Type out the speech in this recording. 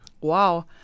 Wow